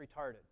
retarded